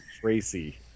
Tracy